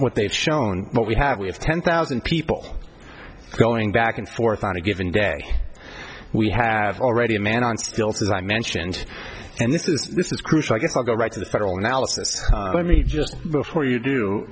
what they've shown what we have we have ten thousand people going back and forth on a given day we have already a man on stilts as i mentioned and this is this is crucial i guess i'll go right to the federal analysis let me just before you do